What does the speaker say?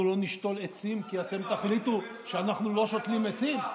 אנחנו לא נשתול עצים כי אתם תחליטו שאנחנו לא שותלים עצים?